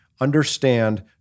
Understand